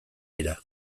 dira